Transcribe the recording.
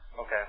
Okay